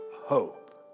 hope